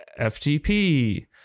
FTP